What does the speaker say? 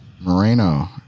Moreno